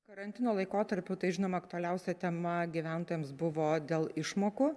karantino laikotarpiu tai žinoma aktualiausia tema gyventojams buvo dėl išmokų